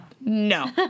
no